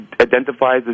identifies